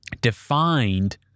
defined